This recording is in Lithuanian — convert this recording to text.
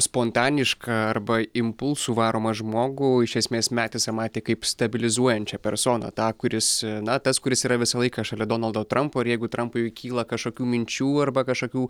spontanišką arba impulsų varomą žmogų iš esmės metisą matė kaip stabilizuojančią personą tą kuris na tas kuris yra visą laiką šalia donaldo trampo ir jeigu trampui kyla kažkokių minčių arba kažkokių